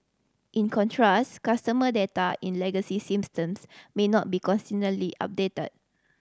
in contrast customer data in legacy systems may not be consistently updated